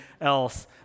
else